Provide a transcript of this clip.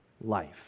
life